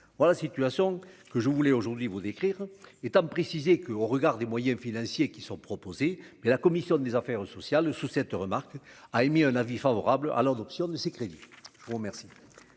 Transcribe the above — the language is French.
voilà, situation que je voulais aujourd'hui vous décrire, étant précisé que au regard des moyens financiers qui sont proposés, mais la commission des affaires sociales de sous cette remarque a émis un avis favorable à l'adoption de ces crédits. Oh merci,